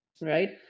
right